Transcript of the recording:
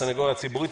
הסנגוריה הציבורית,